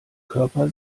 körper